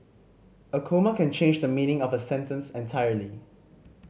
a comma can change the meaning of a sentence entirely